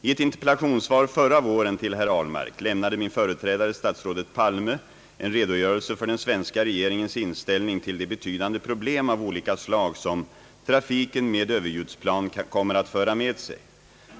I ett interpellationssvar förra våren till herr Ahlmark lämnade min företrädare statsrådet Palme en redogörelse för den svenska regeringens inställning till de betydande problem av olika slag som trafiken med överljudsplan kommer att föra med sig.